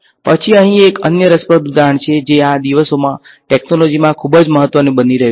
પછી અહીં એક અન્ય રસપ્રદ ઉદાહરણ છે જે આ દિવસોમાં ટેકનોલોજીમાં ખૂબ મહત્વનું બની રહ્યું છે